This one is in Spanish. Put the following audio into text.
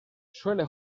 suele